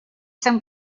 some